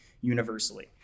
universally